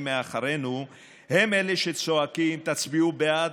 מאחורינו הם אלה שצועקים: תצביעו בעד,